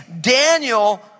Daniel